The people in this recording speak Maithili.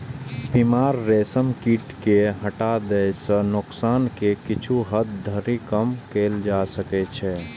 बीमार रेशम कीट कें हटा दै सं नोकसान कें किछु हद धरि कम कैल जा सकै छै